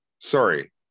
Sorry